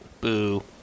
Boo